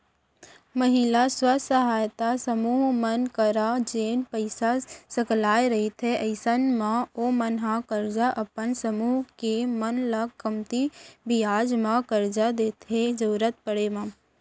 महिला स्व सहायता समूह मन करा जेन पइसा सकलाय रहिथे अइसन म ओमन ह करजा अपन समूह के मन ल कमती बियाज म करजा देथे जरुरत पड़े म